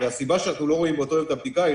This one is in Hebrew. והסיבה שאנחנו לא רואים את הבדיקה באותו יום היא